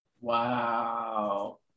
Wow